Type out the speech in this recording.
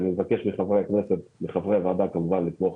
אני מבקש מחברי הוועדה לתמוך